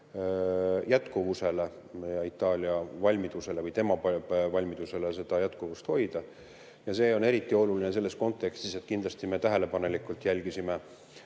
jätkuvusele ja Itaalia ja tema enda valmidusele seda jätkuvust hoida. See on eriti oluline selles kontekstis, et me kindlasti tähelepanelikult jälgisime